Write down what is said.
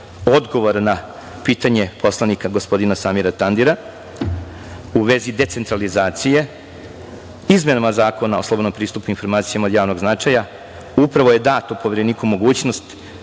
odgovora na pitanje poslanika gospodina Samira Tandira u vezi decentralizacije. Izmenama Zakona o slobodnom pristupu informacijama od javnog značaja upravo je data Povereniku mogućnost